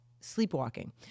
sleepwalking